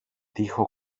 τοίχο